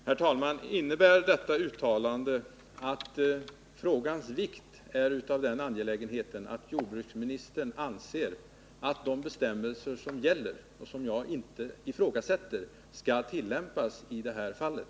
Herr talman! Innebär detta uttalande att jordbruksministern anser frågan vara av den vikten att de bestämmelser som gäller — och som jag inte ifrågasätter — skall tillämpas också i det här fallet?